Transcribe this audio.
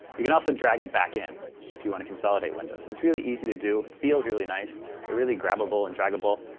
you can also drag it back in if you want to consolidate windows. it's really easy to do, it feels really nice. they're really grabbable, and draggable,